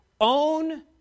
own